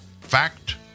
Fact